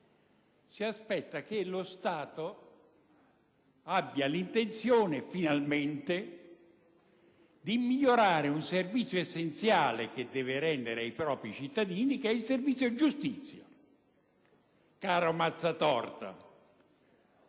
Si aspetta che lo Stato abbia l'intenzione, finalmente, di migliorare un servizio essenziale che deve rendere ai propri cittadini: il servizio giustizia. Lo dico a